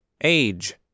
Age